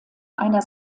einer